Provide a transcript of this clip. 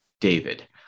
David